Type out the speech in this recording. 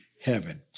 heaven